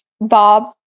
Bob